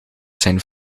zijn